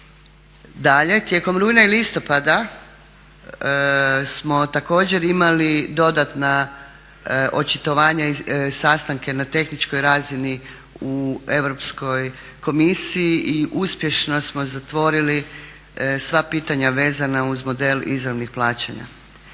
Dalje, tijekom rujna i listopada smo također imali dodatna očitovanja i sastanke na tehničkoj razini u Europskoj komisiji i uspješno smo zatvorili sva pitanja vezana uz model izravnih plaćanja.